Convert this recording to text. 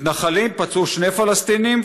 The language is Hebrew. מתנחלים פצעו שני פלסטינים.